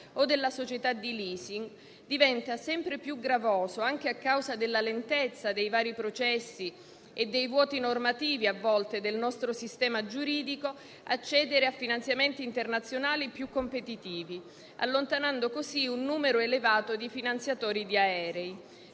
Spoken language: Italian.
o della società di *leasing*, diventa sempre più gravoso, anche a causa della lentezza dei vari processi e a volte dei vuoti normativi del nostro sistema giuridico, accedere a finanziamenti internazionali più competitivi, allontanando così un numero elevato di finanziatori di aerei.